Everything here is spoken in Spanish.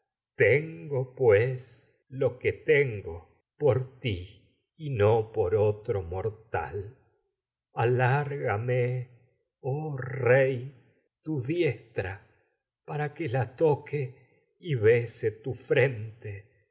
tengo pues lo que tengo ti y no por que otro mortal alárga me oh si rey me es tu diestra para la toque y bese tu frente